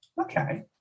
Okay